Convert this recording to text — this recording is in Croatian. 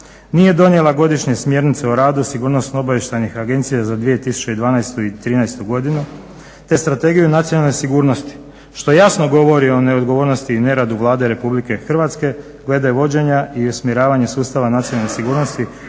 nije donijela godišnje smjernice o radu sigurnosno-obavještajnih agencija za 2012.i 2013.godinu, te strategiju nacionalne sigurnosti što jasno govori o neodgovornosti i neradu Vlade RH glede vođenja i usmjeravanja sustava nacionalne sigurnosti